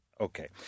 Okay